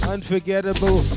Unforgettable